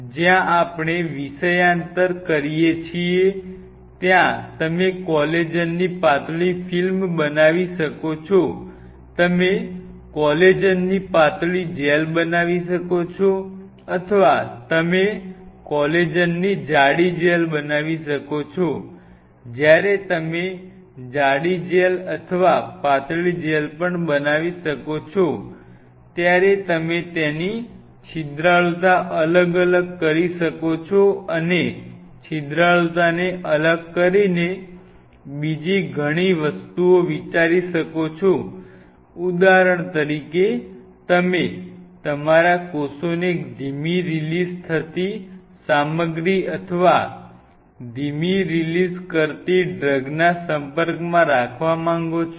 જ્યાં આપણે વિષયાંતર કરીએ છીએ ત્યાં તમે કોલેજનની પાતળી ફિલ્મ બનાવી શકો છો તમે કોલેજનની પાતળી જેલ બનાવી શકો છો અથવા તમે કોલેજનની જાડી જેલ બનાવી શકો છો અને જ્યારે તમે જાડી જેલ અથવા પાતળી જેલ પણ બનાવી શકો છો ત્યારે તમે તેની છિદ્રાળુતા અલગ અલગ કરી શકો છો અને છિદ્રાળુતાને અલગ કરીને બીજી ઘણી વસ્તુઓ વિચારી શકો છો ઉદાહરણ તરીકે તમે તમારા કોષોને ધીમી રીલીઝ થતી સામગ્રી અથ વા ધીમી રીલીઝ કરતી ડ્રગ ના સંપર્કમાં રાખવા માંગો છો